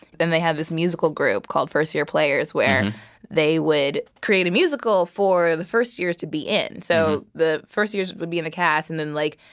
they had this musical group called first year players, where they would create a musical for the first years to be in. so the first years would be in the cast, and then, like,